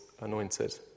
anointed